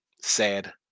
Sad